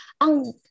ang